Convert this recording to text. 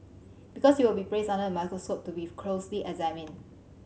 because you will be placed under the microscope to be closely examined